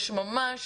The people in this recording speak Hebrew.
יש ממש